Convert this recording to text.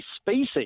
species